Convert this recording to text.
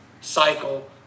cycle